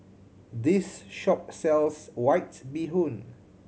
this shop sells White Bee Hoon